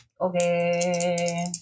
okay